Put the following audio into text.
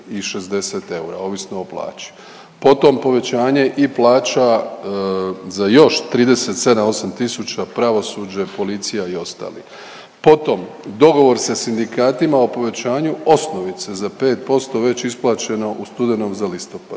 i 60 eura ovisno o plaći. Potom, povećanje i plaća za još 37-8 tisuća pravosuđe, policija i ostali. Potom, dogovor sa sindikatima o povećanju osnovice za 5% već isplaćeno u studenom za listopad.